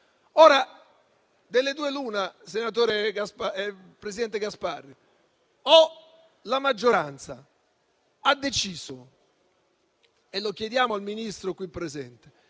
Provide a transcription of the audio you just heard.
Delle due l'una, presidente Gasparri: o la maggioranza ha deciso - e lo chiediamo al Ministro qui presente